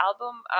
Album